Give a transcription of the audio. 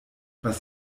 was